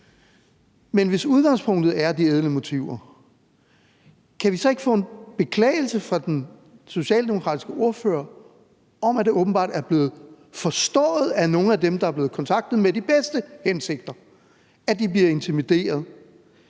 Men hvis udgangspunktet er de ædle motiver, kan vi så ikke få en beklagelse fra den socialdemokratiske ordfører for, at det åbenbart er blevet forstået sådan af nogle af dem, der er blevet kontaktet med de bedste hensigter, at de bliver intimideret?